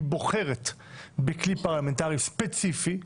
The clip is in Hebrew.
היא בוחרת בכלי פרלמנטרי ספציפי,